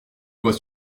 lois